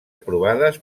aprovades